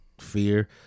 fear